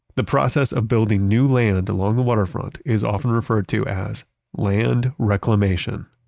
the process of building new land along the waterfront is often referred to as land reclamation.